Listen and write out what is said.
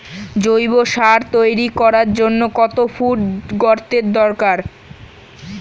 জৈব সার তৈরি করার জন্য কত ফুট গর্তের দরকার?